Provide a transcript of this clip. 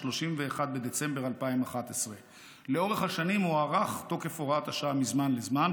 31 בדצמבר 2011. לאורך השנים הוארך תוקף הוראת השעה מזמן לזמן,